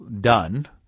done